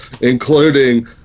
Including